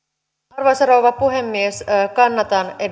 arvoisa rouva puhemies kannatan